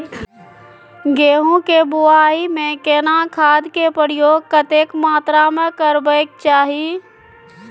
गेहूं के बुआई में केना खाद के प्रयोग कतेक मात्रा में करबैक चाही?